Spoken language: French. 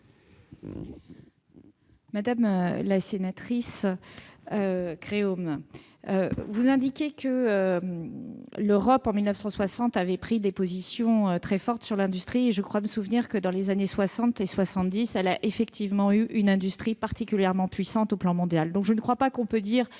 Madame la sénatrice Gréaume, vous indiquez que l'Europe avait pris en 1960 des positions très fortes sur l'industrie. Je crois me souvenir que, dans les années 1960 et 1970, elle avait effectivement une industrie particulièrement puissante au plan mondial. On ne peut donc pas dire